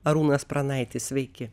arūnas pranaitis sveiki